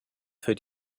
für